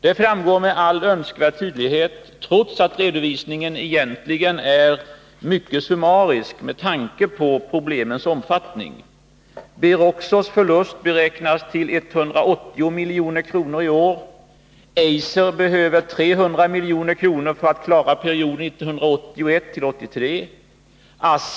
Det framgår med all önskvärd tydlighet, trots att redovisningen egentligen är mycket summarisk, med tanke på problemens omfattning. Beroxos förlust beräknas till 180 milj.kr. i år. Eiser behöver 300 milj.kr. för att klara perioden 1981-1983.